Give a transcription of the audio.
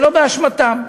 שלא באשמתם.